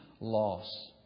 loss